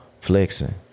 flexing